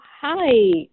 hi